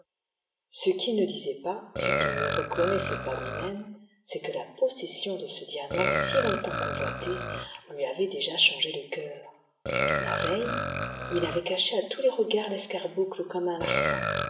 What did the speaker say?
ce qu'il ne disait pas ce qu'il ne reconnaissait pas luimême c'est que la possession de ce diamant si longtemps convoité lui avait déjà changé le cœur la veille il avait caché à tous les regards l'escarboucle comme un larcin